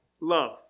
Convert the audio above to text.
love